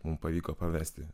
mum pavyko pavesti